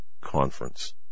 Conference